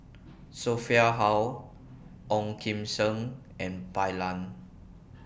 Sophia Hull Ong Kim Seng and Bai Lan